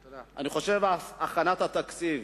אני חושב שהכנת התקציב,